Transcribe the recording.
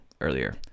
earlier